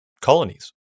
Colonies